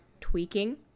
tweaking